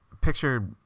picture